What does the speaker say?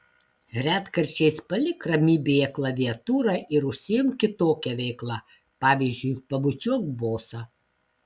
retkarčiais palik ramybėje klaviatūrą ir užsiimk kitokia veikla pavyzdžiui pabučiuok bosą